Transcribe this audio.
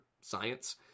science